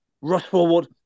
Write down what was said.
rush-forward